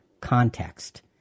context